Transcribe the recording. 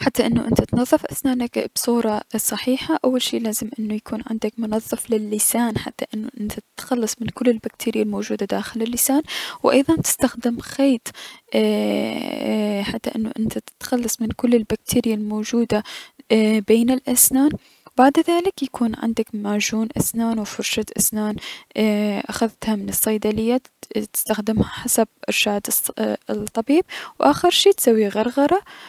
حتى انو انت تنظف اسنانك بصورة صحيحة اول شي لازم يكون عندم منظف للسان حتى انو انت تخلص من كل البكتريا الموجودة داخل اللسان، و ايضا تستخدم خيط اي اي- حتى انو انت تتخلص من كل البكتريا الموجودة بين الأسنان و بعد ذلك يكون عندك معجون اسنان و فرشاة اسنان اخذتها من الصيدلية و تستخدمها حسب ارشاد الطبيب و اخر شي تسوي غرغرة.